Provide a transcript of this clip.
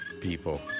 people